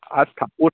अच्छा